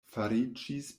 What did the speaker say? fariĝis